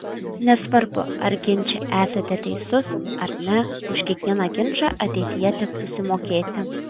nesvarbu ar ginče esate teisus ar ne už kiekvieną ginčą ateityje teks susimokėti